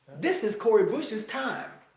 this is cori bush's time.